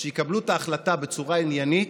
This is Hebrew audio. שיקבלו את ההחלטה בצורה עניינית,